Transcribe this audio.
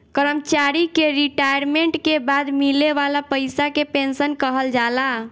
कर्मचारी के रिटायरमेंट के बाद मिले वाला पइसा के पेंशन कहल जाला